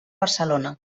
barcelona